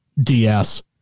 DS